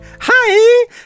hi